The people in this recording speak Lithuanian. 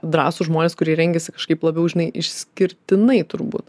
drąsūs žmonės kurie rengiasi kažkaip labiau žinai išskirtinai turbūt